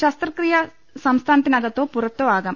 ശസ്ത്രക്രിയ സംസ്ഥാനത്തിനകത്തോ പുറത്തോ ആകാം